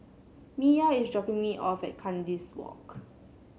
Miya is dropping me off at Kandis Walk